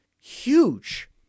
huge